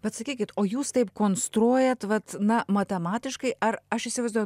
bet sakykit o jūs taip konstruojat vat na matematiškai ar aš įsivaizduoju